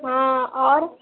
हाँ और